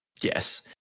Yes